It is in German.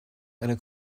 eine